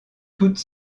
toutes